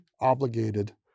obligated